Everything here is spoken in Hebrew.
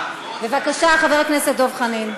בבקשה, חבר הכנסת דב חנין.